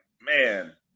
man